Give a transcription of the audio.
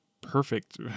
perfect